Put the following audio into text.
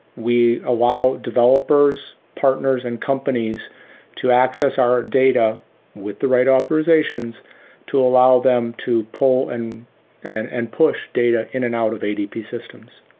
we allow developers, partners and companies to access our data with the right authorizations to allow them to pull and and and push data in an out of adp systems.